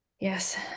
yes